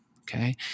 okay